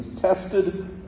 tested